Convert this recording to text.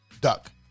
duck